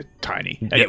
tiny